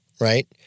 right